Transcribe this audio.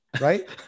right